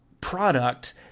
product